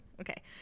Okay